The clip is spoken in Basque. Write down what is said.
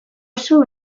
oso